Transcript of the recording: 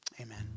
Amen